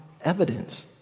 evidence